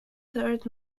third